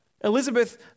Elizabeth